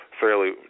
fairly